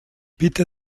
bitte